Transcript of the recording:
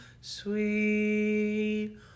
sweet